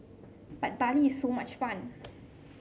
but Bali is so much fun